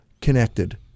connected